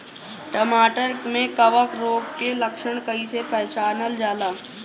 टमाटर मे कवक रोग के लक्षण कइसे पहचानल जाला?